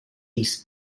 east